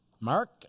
Mark